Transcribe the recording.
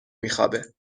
میخوابه